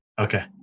okay